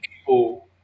people